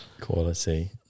Quality